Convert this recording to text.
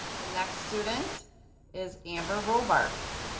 the next student is amber robarts,